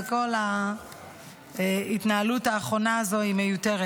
וכל ההתנהלות האחרונה הזו מיותרת.